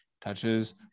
touches